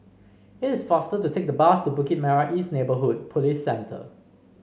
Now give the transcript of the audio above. it is faster to take the bus to Bukit Merah East Neighbourhood Police Centre